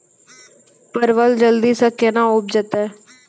परवल जल्दी से के ना उपजाते?